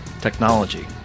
Technology